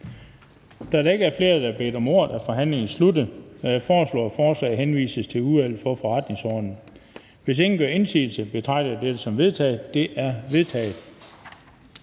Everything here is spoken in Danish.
Da der ikke er flere, der har bedt om ordet, er forhandlingen sluttet. Jeg foreslår, at forslaget til folketingsbeslutning henvises til Udvalget for Forretningsordenen. Hvis ingen gør indsigelse, betragter dette som vedtaget. Det er vedtaget.